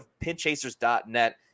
pinchasers.net